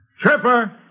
Tripper